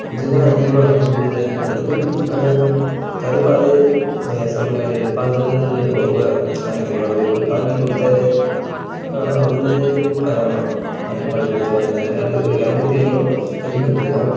இது தான் அதிகமாக நம்ப ஊரில் இது பண்றதும் கருப்பாடு செம்மறி ஆடு இது பால் வந்து ரொம்ப ஆரோக்கியமானது இப்போ காந்தி கொடுத்தாரு அவர் இப்போ ஆமாம் ஆட்டுப்பால் குடிச்சு வளர்ந்தாரு அது எனக்கு தெரியும் கேள்விப்பட்டிருக்கேன்